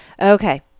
Okay